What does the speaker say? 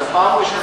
זאת אומרת,